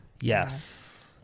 Yes